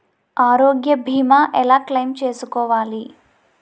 ఆరోగ్య భీమా ఎలా క్లైమ్ చేసుకోవాలి?